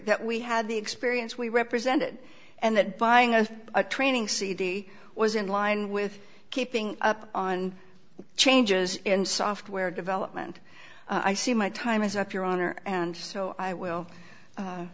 that we had the experience we represented and that buying a training cd was in line with keeping up on changes in software development i see my time is up your honor and so i will